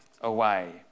away